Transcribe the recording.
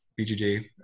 BGJ